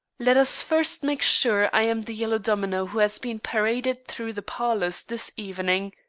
let us first make sure i am the yellow domino who has been paraded through the parlors this evening.